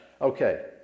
Okay